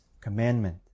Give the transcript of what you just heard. commandment